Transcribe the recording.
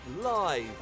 Live